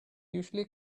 usually